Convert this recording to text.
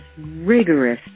rigorous